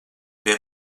pie